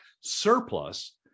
surplus